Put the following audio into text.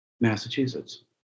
Massachusetts